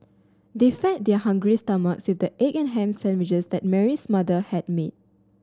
they fed their hungry stomach with the egg and ham sandwiches that Mary's mother had made